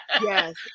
Yes